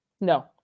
no